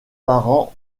parents